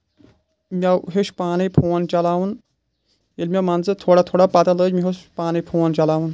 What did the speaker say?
مےٚ ہیوچھ پانَے فون چلاوُن ییٚلہِ مےٚ مان ژٕ تھوڑا تھوڑا پتہ لٲج مےٚ ہیوٚچھ پانے فون چلاوُن